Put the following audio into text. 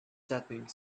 setting